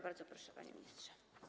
Bardzo proszę, panie ministrze.